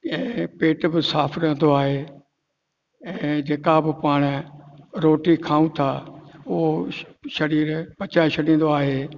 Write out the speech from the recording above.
ऐं पेट बि साफ़ु रहंदो आहे ऐं जेका बि पाण रोटी खाऊं था उहो शरीर खे पचाए छॾींदो आहे